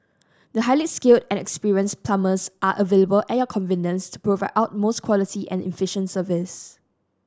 the highly skilled and experienced plumbers are available at your convenience provide utmost quality and efficient service